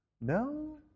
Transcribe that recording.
No